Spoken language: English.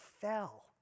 fell